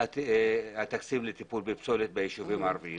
התקציב לטיפול בפסולת בישובים הערביים.